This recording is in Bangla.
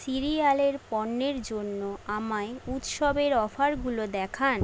সিরিয়ালের পণ্যের জন্য আমায় উৎসবের অফারগুলো দেখান